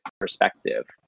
perspective